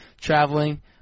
traveling